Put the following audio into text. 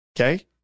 Okay